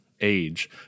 age